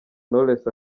knowless